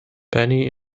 benny